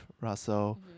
Russell